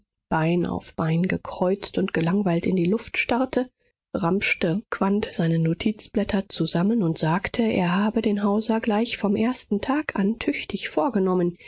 bein auf bein kreuzte und gelangweilt in die luft starrte ramschte quandt seine notizblätter zusammen und sagte er habe den hauser gleich vom ersten tag an tüchtig vorgenommen